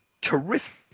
terrific